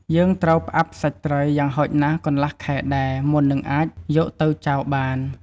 យើងត្រូវផ្អាប់សាច់ត្រីយ៉ាងហោចណាស់កន្លះខែដែរ មុននឹងអាចយកទៅចាវបាន។